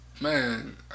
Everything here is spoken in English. man